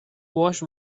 wash